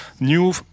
new